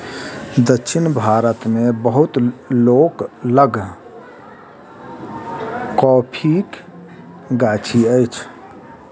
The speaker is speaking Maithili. दक्षिण भारत मे बहुत लोक लग कॉफ़ीक गाछी अछि